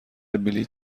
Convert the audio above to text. بلیط